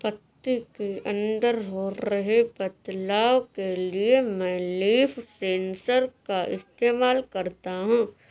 पत्ती के अंदर हो रहे बदलाव के लिए मैं लीफ सेंसर का इस्तेमाल करता हूँ